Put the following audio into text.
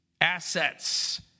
assets